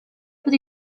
pot